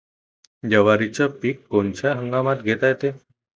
जवारीचं पीक कोनच्या हंगामात घेता येते?